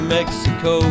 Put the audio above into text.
Mexico